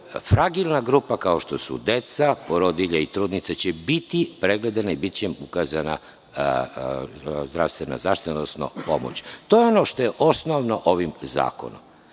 fragilna grupa kao što su deca, porodilje i trudnice, biće pregledani i biće im ukazana zdravstvena zaštita, odnosno pomoć. To je ono što je osnovno u ovom zakonu. Hoću